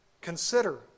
consider